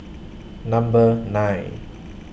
Number nine